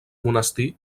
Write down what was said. monestir